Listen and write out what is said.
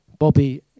Bobby